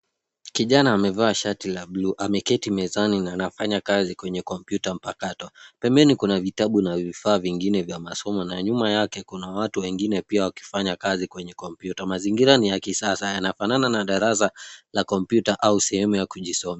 Kijana amevaa sketi la bluu, ameketi mezani na anafanya kazi kwa kompyuta mpakato. Pembeni kuna vitabu na vifaa vingine vya masomo na nyuma yake kuna watu wengine pia wakifanya kazi kwa kompyuta. Mazingira ni ya kisasa yanafanana na darasa la kompyuta au sehemu la kujisomea.